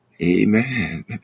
Amen